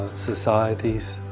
societies,